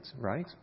right